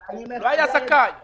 אני התנגדתי לזה גם